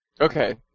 Okay